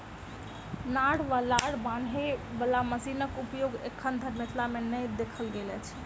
नार वा लार बान्हय बाला मशीनक उपयोग एखन धरि मिथिला मे नै देखल गेल अछि